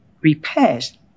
repairs